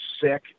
sick